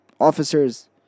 Officers